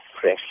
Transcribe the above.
fresh